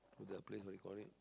to the place where you call it